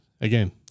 Again